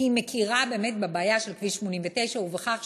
היא מכירה באמת בבעיה של כביש 89 ובכך